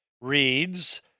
reads